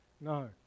no